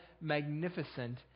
magnificent